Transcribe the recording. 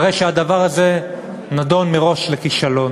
הרי הדבר הזה נידון מראש לכישלון.